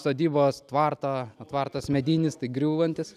sodybos tvartą o tvartas medinis griūvantis